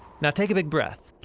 now, take a big breath,